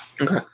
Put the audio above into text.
Okay